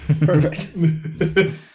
Perfect